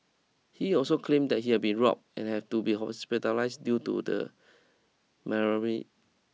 he also claimed that he had been robbed and had to be hospitalised due to the